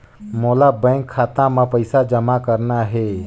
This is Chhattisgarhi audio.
मोला बैंक खाता मां पइसा जमा करना हे?